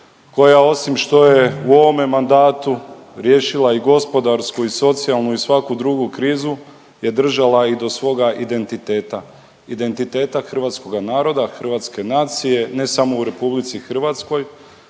koja osim što je u ovome mandatu riješila i gospodarsku i socijalnu i svaku drugu krizu je držala i do svoga identiteta, identiteta hrvatskoga naroda, hrvatske nacije, ne samo u RH.